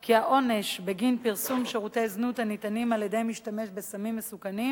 כי העונש בגין פרסום שירותי זנות הניתנים על-ידי משתמש בסמים מסוכנים